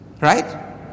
right